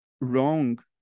wrong